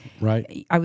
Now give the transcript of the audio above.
Right